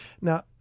Now